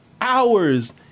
hours